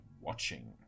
watching